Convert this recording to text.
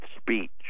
speech